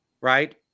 right